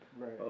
Right